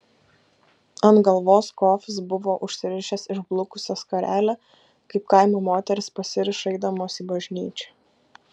ant galvos kofis buvo užsirišęs išblukusią skarelę kaip kaimo moterys pasiriša eidamos į bažnyčią